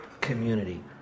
community